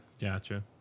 Gotcha